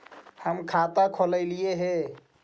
हम खाता खोलैलिये हे?